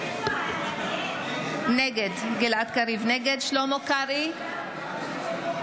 נגד שלמה קרעי,